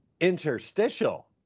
interstitial